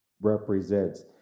represents